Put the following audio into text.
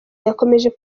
yakomeje